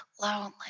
lonely